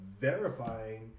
verifying